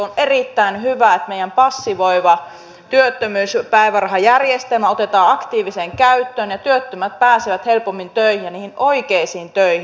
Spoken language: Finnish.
on erittäin hyvä että meidän passivoiva työttömyyspäivärahajärjestelmä otetaan aktiiviseen käyttöön ja työttömät pääsevät helpommin töihin ja niihin oikeisiin töihin